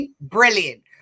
brilliant